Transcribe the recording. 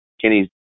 Kenny's